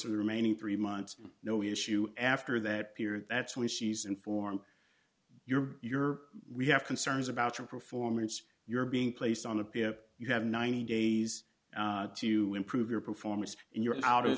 for the remaining three months no issue after that period that's when she's in form your your we have concerns about your performance you're being placed on a pia you have ninety days to improve your performance and you're out of